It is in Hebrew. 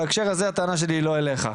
בהקשר הזה הטענה שלי היא לא אליך.